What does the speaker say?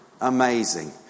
amazing